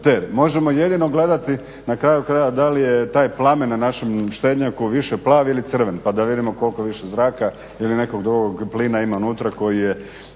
Možemo jedino gledati na kraju krajeva da li je taj plamen na našem štednjaku više plav ili crven pa da vidimo koliko više zraka ili nekog drugog plina ima unutra koji nije